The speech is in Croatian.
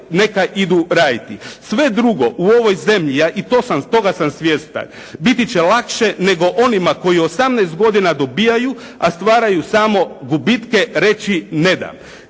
neka idu raditi. Sve drugo u ovoj zemlji i toga sam svjestan, biti će lakše nego onima koji 18 godina dobijaju, a stvaraju samo gubitke, reći ne dam.